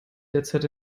derzeit